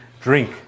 drink